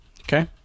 Okay